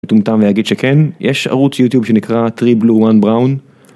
מטומטם ויגיד שכן יש ערוץ יוטיוב שנקרא three blue one brown